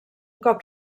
cop